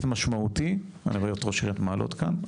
אני רואה את ראש עיריית מעלות כאן.